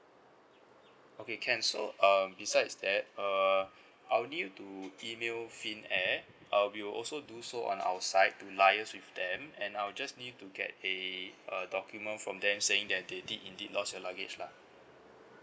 okay can so uh besides that uh I will need you to email finnair uh we will also do so on our side to liaise with them and I'll just need you to get a a document from them saying that they did indeed lost your luggage lah